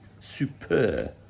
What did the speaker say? super